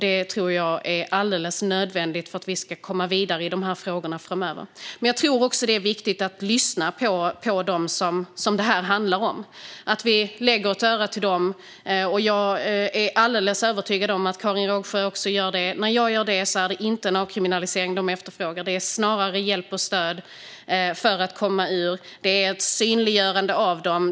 Jag tror att det är nödvändigt för att komma vidare i de här frågorna framöver. Jag tror också att det är viktigt att lyssna på dem det handlar om och att vi har ett öra åt deras håll. Jag är övertygad om att Karin Rågsjö har det. När jag har det är det inte avkriminalisering de efterfrågar. Det är snarare hjälp och stöd för att komma ur beroendet. Det är ett synliggörande av dem.